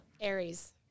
Aries